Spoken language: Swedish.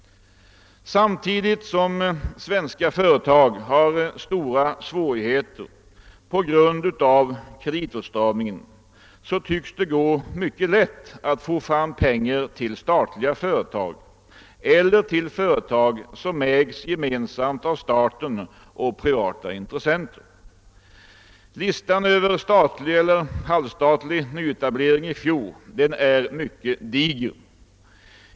Samtidigt som svenska företag har stora svårigheter på grund av kreditåtstramningen tycks det gå mycket lätt att få fram pengar till statliga före tag eller till företag som ägs gemensamt av staten och privata intressenter. Listan över statlig eller halvstatlig nyetablering i fjol är mycket diger.